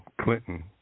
Clinton